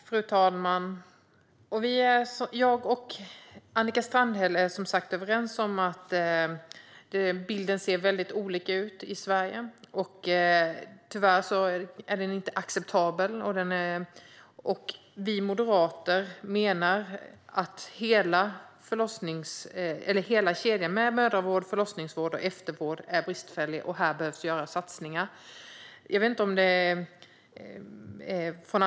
Fru talman! Jag och Annika Strandhäll är som sagt överens om att bilden ser väldigt olika ut i Sverige. Det är tyvärr inte acceptabelt. Vi moderater menar att hela kedjan med mödravård, förlossningsvård och eftervård är bristfällig och att satsningar behöver göras.